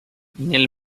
nel